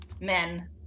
men